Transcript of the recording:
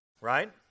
Right